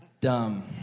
dumb